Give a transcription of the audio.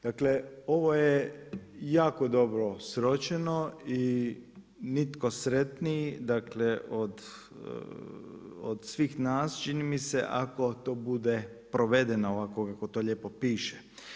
Dakle ovo je jako dobro sročeno i nitko sretniji od svih nas, čini mi se ako to bude provedeno ovako kako to lijepo piše.